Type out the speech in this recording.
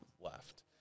left